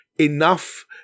enough